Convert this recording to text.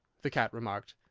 the cat remarked.